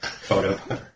photo